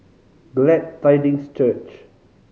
Glad Tidings Church